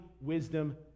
wisdom